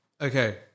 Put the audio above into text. Okay